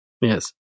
Yes